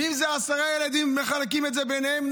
ואם זה עשרה ילדים, מחלקים את זה ביניהם.